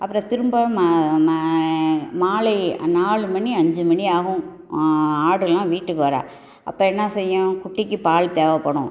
அப்புறம் திரும்ப மாலை நாலு மணி அஞ்சு மணி ஆகும் ஆடுலாம் வீட்டுக்கு வர அப்போ என்ன செய்யும் குட்டிக்கு பால் தேவைப்படும்